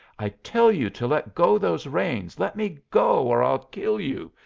i tell you to let go those reins. let me go, or i'll kill you.